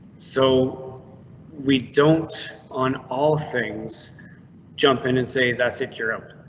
so we don't on all things jump in and say that's it. europe.